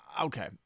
okay